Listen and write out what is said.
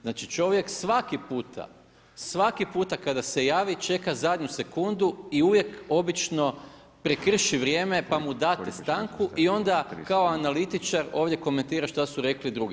Znači čovjek svaki puta, svaki puta kada se javi čeka zadnju sekundu i uvijek obično prekrši vrijeme pa mu date stanku i onda kao analitičar ovdje komentira šta su rekli drugi.